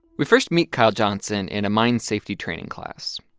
we first meet kyle johnson in a mine safety training class.